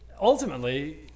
ultimately